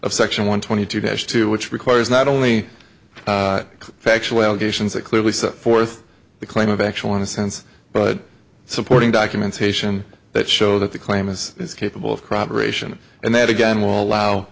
of section one twenty two days two which requires not only factual allegations that clearly set forth the claim of actual innocence but supporting documentation that show that the claim is capable of crop aeration and that again will allow